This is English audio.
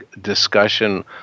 discussion